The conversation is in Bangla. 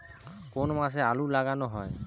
কোন মাসে আলু লাগানো হয়?